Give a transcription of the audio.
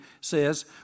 says